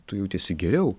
tu jautiesi geriau